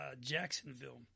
Jacksonville